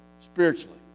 spiritually